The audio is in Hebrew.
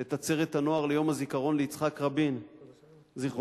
את עצרת הנוער ליום הזיכרון ליצחק רבין ז"ל?